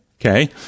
Okay